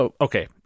Okay